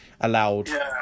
allowed